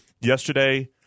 Yesterday